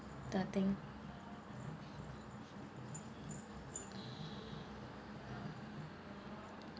the thing